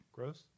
Gross